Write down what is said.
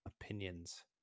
opinions